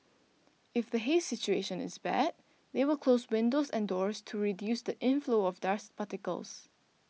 if the haze situation is bad they will close windows and doors to reduce the inflow of dust particles